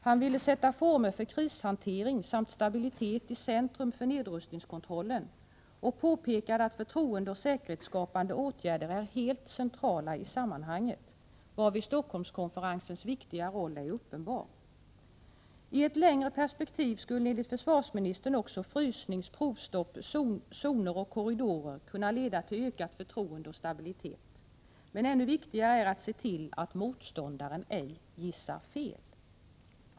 Han ville sätta former för krishantering samt stabilitet i centrum för nedrustningskontrollen och påpekade att förtroendeoch säkerhetsskapande åtgärder är helt centrala i sammanhanget, varvid Stockholmskonferensens viktiga roll är uppenbar. I ett längre perspektiv skulle enligt försvarsministern också frysning, provstopp, zoner och korridorer kunna leda till ökat förtroende och stabilitet. Men ännu viktigare är att se till att motståndaren ej gissar fel.